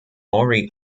maury